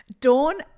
Dawn